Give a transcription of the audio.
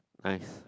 nice